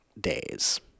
days